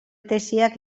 tesiak